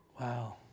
wow